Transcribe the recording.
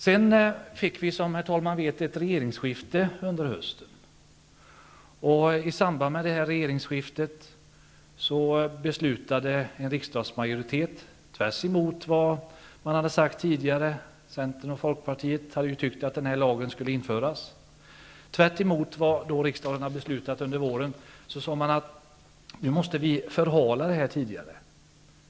Sedan fick vi ett regeringsskifte under hösten. I samband med detta beslutade en riksdagsmajoritet tvärtemot vad man hade sagt tidigare. Centern och Folkpartiet hade ju tyckt att den här lagen skulle införas. Tvärtemot vad riksdagen hade beslutat under våren sade de att nu måste man förhala detta.